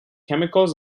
chemicals